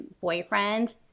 boyfriend